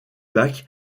bac